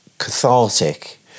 cathartic